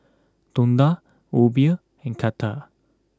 Tonda Obie and Katia